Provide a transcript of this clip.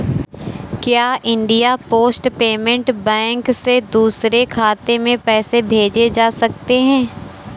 क्या India post payment bank से दूसरे खाते में पैसे भेजे जा सकते हैं?